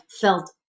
felt